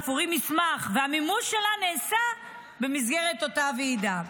מסמך, והמימוש שלה נעשה במסגרת אותה ועידה.